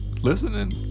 listening